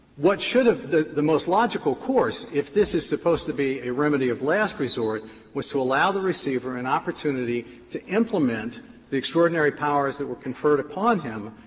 what should ah have the most logical course if this is supposed to be a remedy of last resort was to allow the receiver an opportunity to implement the extraordinary powers that were conferred upon him,